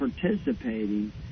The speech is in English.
participating